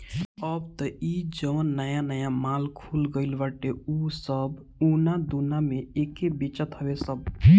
अब तअ इ जवन नया नया माल खुल गईल बाटे उ सब उना दूना में एके बेचत हवे सब